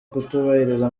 kutubahiriza